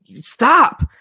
stop